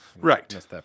Right